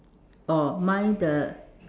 orh mine the